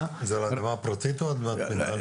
זה אדמה פרטית או אדמת מינהל?